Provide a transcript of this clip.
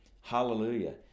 Hallelujah